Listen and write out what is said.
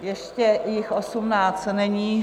Ještě jich osmnáct není.